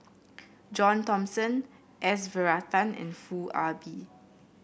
John Thomson S Varathan and Foo Ah Bee